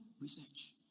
research